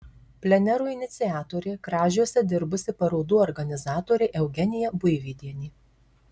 plenerų iniciatorė kražiuose dirbusi parodų organizatorė eugenija buivydienė